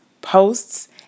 posts